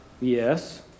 Yes